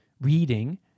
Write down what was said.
reading